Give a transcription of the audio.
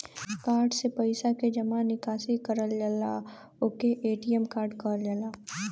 card से पइसा के जमा निकासी करल जाला ओके ए.टी.एम कार्ड कहल जाला